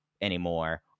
anymore